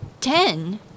Ten